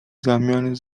zamian